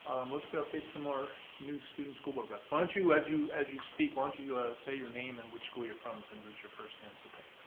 let's get updates from our new student school board reps. why don't you, as you as you speak, why don't you you ah say your name and which school your from since this is your first chance, okay.